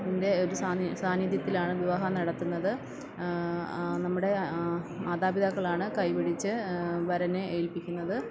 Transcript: ന്റെ ഒരു സാന്നിധ്യത്തിലാണ് വിവാഹം നടത്തുന്നത് നമ്മുടെ മതാപിതാക്കളാണ് കൈ പിടിച്ച് വരനെ ഏല്പ്പിക്കുന്നത്